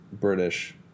British